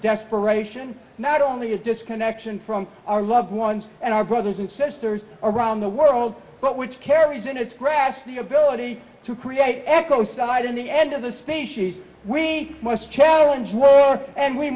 desperation not only a disconnection from our loved ones and our brothers and sisters around the world but which carries in its grass the ability to create eco side in the end of the species we must challenge war and we